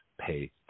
pay